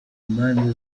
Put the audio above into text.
manza